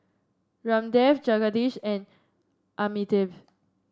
Ramdev Jagadish and Amitabh